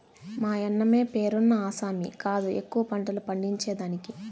మాయన్నమే పేరున్న ఆసామి కాదు ఎక్కువ పంటలు పండించేదానికి